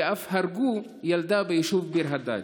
ואף הרגו ילדה ביישוב ביר הדאג'.